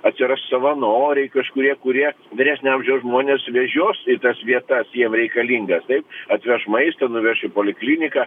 atsiras savanoriai kažkurie kurie vyresnio amžiaus žmones vežios į tas vietas jiem reikalingas taip atveš maisto nuveš į polikliniką